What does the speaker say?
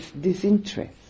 disinterest